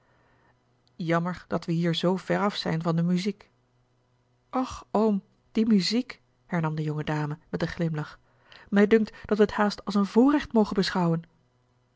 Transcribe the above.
jammer dat we hier zoo ver af zijn van de muziek och oom die muziek hernam de jonge dame met een glimlach mij dunkt dat wij het haast als een voorrecht mogen beschouwen